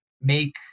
make